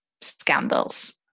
scandals